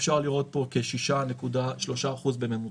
אפשר לראות כאן כ-6.3% בממוצע.